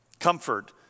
Comfort